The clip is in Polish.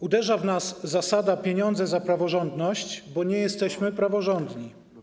Uderza w nas zasada: pieniądze za praworządność, bo nie jesteśmy praworządni.